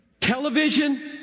Television